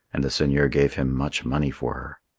and the seigneur gave him much money for